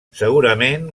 segurament